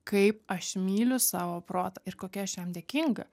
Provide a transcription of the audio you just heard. kaip aš myliu savo protą ir kokia aš jam dėkinga